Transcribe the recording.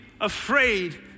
afraid